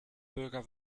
bürger